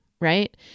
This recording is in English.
right